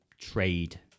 trade